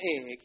egg